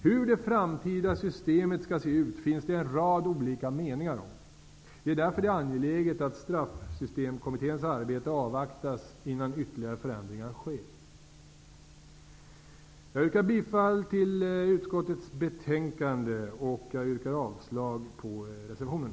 Hur det framtida systemet skall se ut finns det en rad olika meningar om. Det är därför det är angeläget att Straffsystemkommitténs arbete avvaktas innan ytterligare förändringar sker. Jag yrkar bifall till utskottets hemställan och avslag på reservationerna.